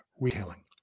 retailing